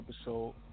episode